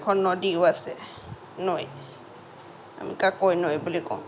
এখন নদীও আছে নৈ আমি কাকৈ নৈ বুলি কওঁ